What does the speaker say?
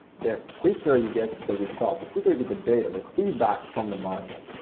the quicker you get the results, the quicker you get the data, the feedback from the market.